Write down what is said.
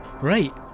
right